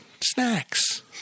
snacks